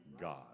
God